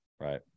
right